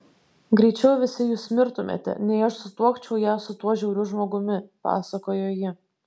greičiau visi jūs mirtumėte nei aš sutuokčiau ją su tuo žiauriu žmogumi pasakojo ji